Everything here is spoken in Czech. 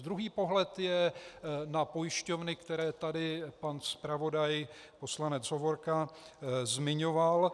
Druhý pohled je na pojišťovny, které tady zpravodaj poslanec Hovorka zmiňoval.